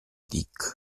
dick